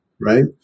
Right